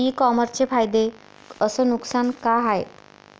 इ कामर्सचे फायदे अस नुकसान का हाये